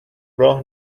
راه